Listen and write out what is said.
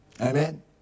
Amen